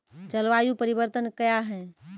जलवायु परिवर्तन कया हैं?